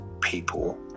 people